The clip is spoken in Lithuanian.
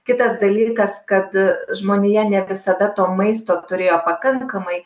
kitas dalykas kad žmonija ne visada to maisto turėjo pakankamai